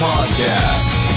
Podcast